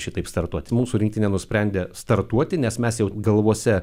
šitaip startuoti mūsų rinktinė nusprendė startuoti nes mes jau galvose